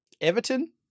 Everton